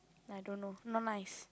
I don't know not nice